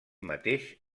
mateix